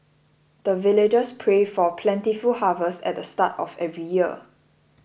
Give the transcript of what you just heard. the villagers pray for plentiful harvest at the start of every year